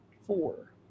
four